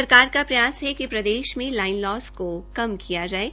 सरकार का प्रयास है कि प्रदेश में लाइन लॉस को कम किया जाये